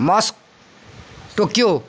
Moscow Tokyo